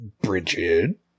Bridget